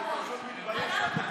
אתה בעצמך מביש את כל העם שלך.